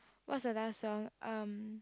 what's the last song um